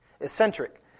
eccentric